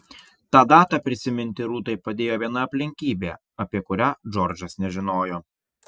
tą datą prisiminti rūtai padėjo viena aplinkybė apie kurią džordžas nežinojo